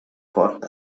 fort